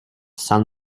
san